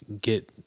get